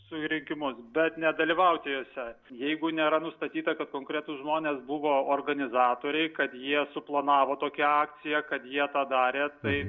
susirinkimus bet ne dalyvauti juose jeigu nėra nustatyta kad konkretūs žmonės buvo organizatoriai kad jie suplanavo tokią akciją kad jie tą darė tai